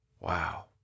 Wow